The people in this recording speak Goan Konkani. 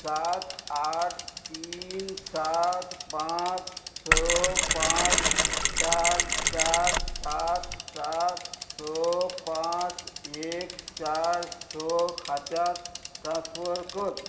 सात आठ तीन सात पांच स पांच चार चार सात सात स पांच एक चार स खात्यांत ट्रान्सफर कर